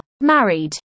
Married